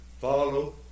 follow